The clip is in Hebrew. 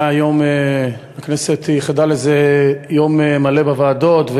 היום הכנסת ייחדה לזה יום מלא בוועדות,